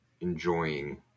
enjoying